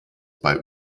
bei